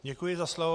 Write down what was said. Děkuji za slovo.